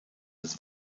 ist